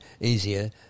easier